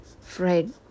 Fred